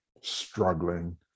struggling